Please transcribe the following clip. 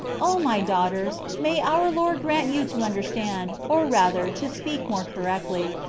o my daughters! may our lord grant you to understand, or rather, to speak more correctly,